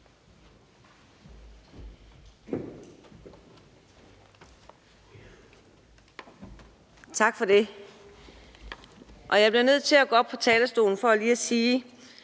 Tak for det. Jeg blev nødt til at gå op på talerstolen for lige at sige,